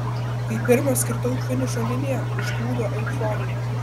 kai pirmas kirtau finišo liniją užplūdo euforija